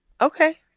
Okay